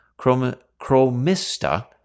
chromista